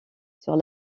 sur